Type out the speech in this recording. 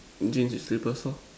jeans with slippers lah